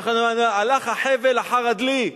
"הלך החבל אחר הדלי".